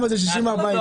הרווחה,